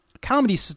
comedy